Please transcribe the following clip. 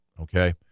Okay